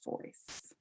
voice